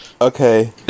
Okay